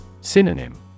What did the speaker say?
Synonym